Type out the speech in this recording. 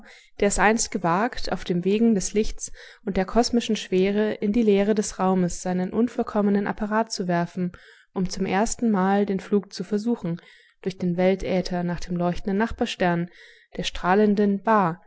der es einst gewagt auf den wegen des lichts und der kosmischen schwere in die leere des raumes seinen unvollkommenen apparat zu werfen um zum ersten male den flug zu versuchen durch den weltäther nach dem leuchtenden nachbarstern der strahlenden ba